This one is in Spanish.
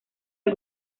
del